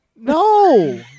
No